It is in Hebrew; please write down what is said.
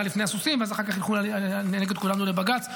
לפני הסוסים ואז אחר כך נלך כולנו לבג"ץ.